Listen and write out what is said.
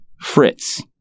Fritz